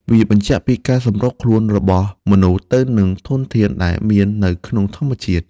វាបញ្ជាក់ពីការសម្របខ្លួនរបស់មនុស្សទៅនឹងធនធានដែលមាននៅក្នុងបរិស្ថាន។